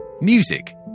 Music